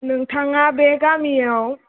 नोंथाङा बे गामियाव